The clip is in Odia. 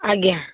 ଆଜ୍ଞା